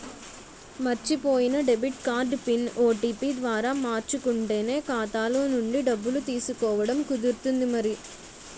మర్చిపోయిన debit card PIN, OTP ద్వారా మార్చుకుంటేనే ఖాతాలో నుండి డబ్బులు తీసుకోవడం కుదురుతుంది మరి